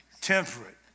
Temperate